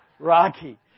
Rocky